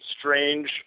strange